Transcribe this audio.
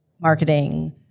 marketing